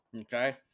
Okay